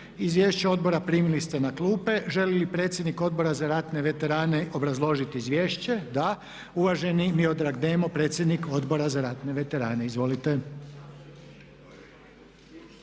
Izvješće Odbora primili ste na klupe. Želi li predsjednik Odbora za ratne veterane obrazložiti izvješće? Da. Uvaženi Miodrag Demo, predsjednik Odbora za ratne veterane. Izvolite.